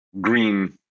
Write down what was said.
green